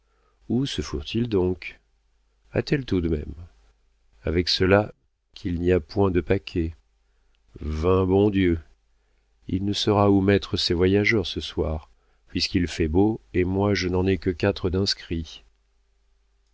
où se fourrent ils donc attelle tout de même avec cela qu'il n'y a point de paquets vingt bon dieu il ne saura où mettre ses voyageurs ce soir puisqu'il fait beau et moi je n'en ai que quatre d'inscrits